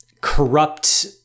corrupt